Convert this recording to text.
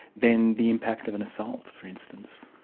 than the impact of an assault, for instance.